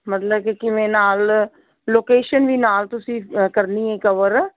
ਮਤਲਬ ਕਿ ਕਿਵੇਂ ਨਾਲ ਲੋਕਸ਼ਨ ਵੀ ਨਾਲ ਤੁਸੀਂ ਕਰਨੀ ਹੈ ਕਵਰ